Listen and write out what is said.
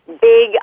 big